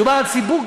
מדובר על ציבור